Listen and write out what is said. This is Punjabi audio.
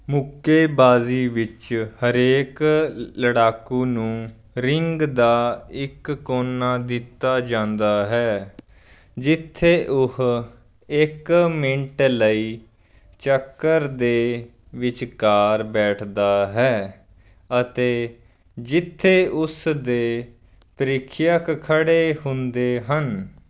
ਮੁੱਕੇਬਾਜ਼ੀ ਵਿੱਚ ਹਰੇਕ ਲੜਾਕੂ ਨੂੰ ਰਿੰਗ ਦਾ ਇੱਕ ਕੋਨਾ ਦਿੱਤਾ ਜਾਂਦਾ ਹੈ ਜਿੱਥੇ ਉਹ ਇੱਕ ਮਿੰਟ ਲਈ ਚੱਕਰ ਦੇ ਵਿਚਕਾਰ ਬੈਠਦਾ ਹੈ ਅਤੇ ਜਿੱਥੇ ਉਸ ਦੇ ਪ੍ਰੀਖਿਅਕ ਖੜ੍ਹੇ ਹੁੰਦੇ ਹਨ